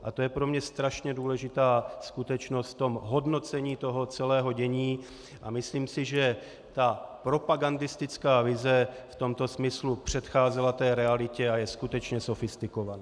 A to je pro mě strašně důležitá skutečnost v tom hodnocení celého dění a myslím si, že ta propagandistická vize v tomto smyslu předcházela té realitě a je skutečně sofistikovaná.